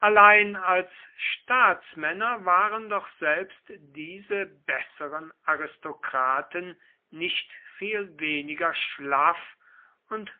allein als staatsmänner waren doch selbst diese besseren aristokraten nicht viel weniger schlaff und